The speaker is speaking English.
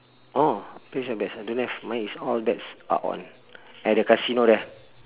oh place your bets I don't have mine is all bets are on at the casino there